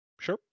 Sure